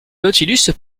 nautilus